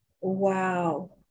Wow